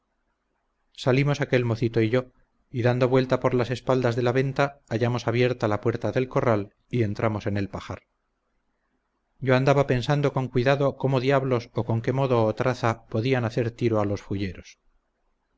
salimos aquel mocito y yo y dando vuelta por las espaldas de la venta hallamos abierta la puerta del corral y entramos en el pajar yo andaba pensando con cuidado cómo diablos o con qué modo o traza podían hacer tiro a los